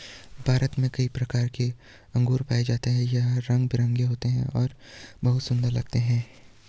भारत में कई प्रकार के अंगूर पाए जाते हैं यह रंग बिरंगे होते हैं और बहुत सुंदर लगते हैं